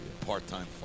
Part-time